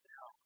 Now